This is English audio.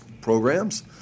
programs